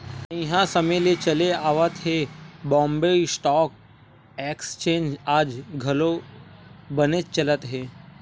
तइहा समे ले चले आवत ये बॉम्बे स्टॉक एक्सचेंज आज घलो बनेच चलत हे